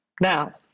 now